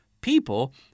people